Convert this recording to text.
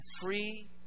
free